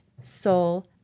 soul